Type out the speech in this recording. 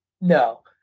No